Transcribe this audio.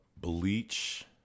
Bleach